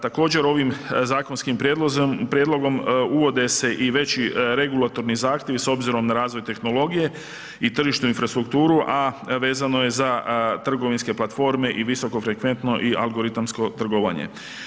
Također, ovim zakonskim prijedlogom uvode se i veći regulatorni zahtjevi s obzirom na razvoj tehnologije i tržišnu infrastrukturu, a vezano je za trgovinske platforme i visokofrekventno i algoritamsko trgovanje.